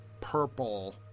purple